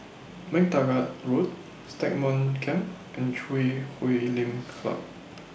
MacTaggart Road Stagmont Camp and Chui Huay Lim Club